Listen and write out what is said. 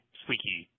squeaky